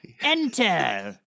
enter